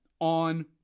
on